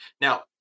Now